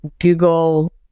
Google